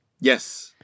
Yes